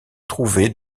trouvées